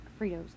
Fritos